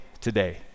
today